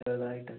ചെറുതായിട്ട്